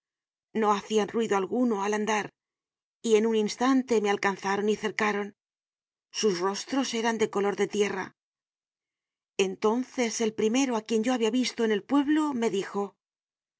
no hacian ruido alguna al andar y en un instante me alcanzaron y cercaron sus rostros eran de color de tierra entonces el primero á quien yo habia visto en el pueblo me dijo